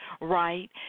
right